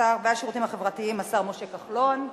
השר לשירותים חברתיים השר משה כחלון,